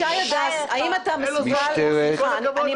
תמר,